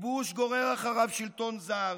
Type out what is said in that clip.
"כיבוש גורר אחריו שלטון זר.